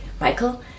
Michael